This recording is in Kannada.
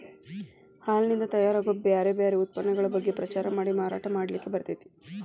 ಹಾಲಿನಿಂದ ತಯಾರ್ ಆಗೋ ಬ್ಯಾರ್ ಬ್ಯಾರೆ ಉತ್ಪನ್ನಗಳ ಬಗ್ಗೆ ಪ್ರಚಾರ ಮಾಡಿ ಮಾರಾಟ ಮಾಡ್ಲಿಕ್ಕೆ ಬರ್ತೇತಿ